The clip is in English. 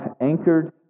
anchored